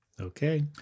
Okay